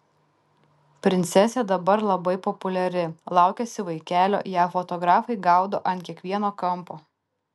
princesė dabar labai populiari laukiasi vaikelio ją fotografai gaudo ant kiekvieno kampo